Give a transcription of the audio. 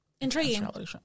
Intriguing